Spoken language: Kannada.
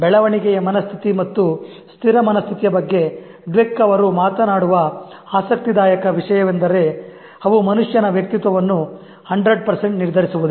ಬೆಳವಣಿಗೆಯ ಮನಸ್ಥಿತಿ ಮತ್ತು ಸ್ಥಿರ ಮನಸ್ಥಿತಿಯ ಬಗ್ಗೆ Dweck ಅವರು ಮಾತನಾಡುವ ಆಸಕ್ತಿದಾಯಕ ವಿಷಯವೆಂದರೆ ಅವು ಮನುಷ್ಯನ ವ್ಯಕ್ತಿತ್ವವನ್ನು 100 ನಿರ್ಧರಿಸುವುದಿಲ್ಲ